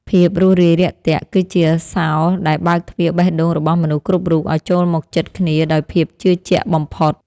ភាពរួសរាយរាក់ទាក់ គឺជាសោរដែលបើកទ្វារបេះដូងរបស់មនុស្សគ្រប់រូបឱ្យចូលមកជិតគ្នាដោយភាពជឿជាក់បំផុត។